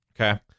Okay